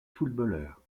footballeurs